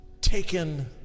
taken